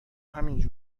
همین